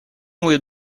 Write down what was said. will